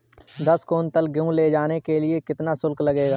दस कुंटल गेहूँ ले जाने के लिए कितना शुल्क लगेगा?